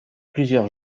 plusieurs